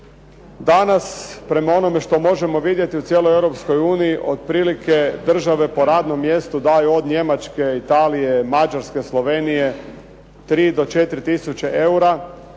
Danas, prema onome što možemo vidjeti u cijeloj Europskoj uniji otprilike države po radnom mjestu daju od Njemačke, Italije, Mađarske, Slovenije, 3 do 4 tisuće eura,